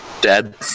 Dead